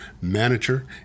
Manager